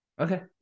Okay